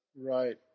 Right